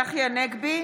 אינו ונוכח צחי הנגבי,